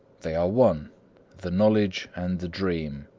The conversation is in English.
they are one the knowledge and the dream.